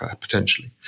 potentially